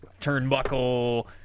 turnbuckle